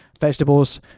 vegetables